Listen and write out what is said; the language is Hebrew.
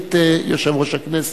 סגנית יושב-ראש הכנסת,